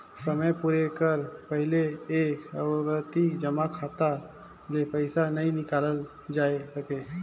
समे पुरे कर पहिले ए आवरती जमा खाता ले पइसा नी हिंकालल जाए सके